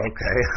Okay